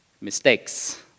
mistakes